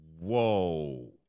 Whoa